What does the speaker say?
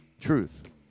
Truth